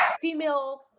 female